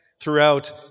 throughout